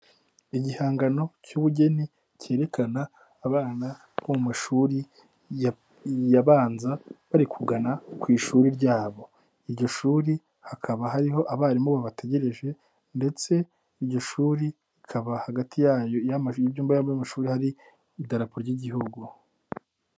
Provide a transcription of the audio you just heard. Igihangano cy'ubugeni cyerekana abana bo mu mashuri abanza bari kugana ku ishuri ryabo, iryo shuri hakaba hariho abarimu babategereje ndetse iryo shuri rikaba hagati yayo y'ibyumba by'amashuri hari idarapo ry'Igihugu.